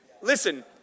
listen